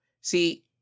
see